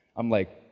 i'm like,